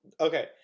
Okay